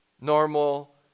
normal